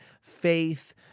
faith